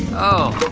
ah oh,